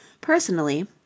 Personally